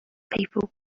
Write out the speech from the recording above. people